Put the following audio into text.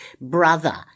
brother